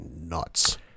nuts